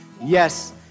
Yes